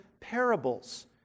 parables